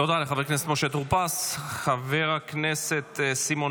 תודה לחבר הכנסת משה טור פז.